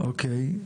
אוקיי.